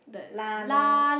lah lor